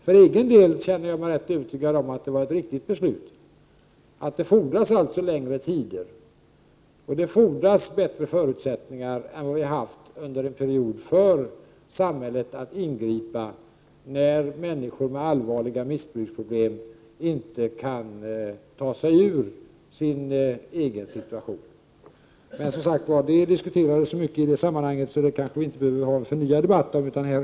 För egen del känner jag mig övertygad om att det var ett riktigt beslut; det fordras bättre tid, och det fordras bättre förutsättningar än vad vi har haft under en period för samhället att ingripa när människor med allvarliga missbruksproblem inte själva kan ta sig ur sin situation. Men det diskuterades så mycket i det sammanhanget att vi kanske inte behöver föra en förnyad debatt om det.